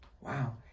Wow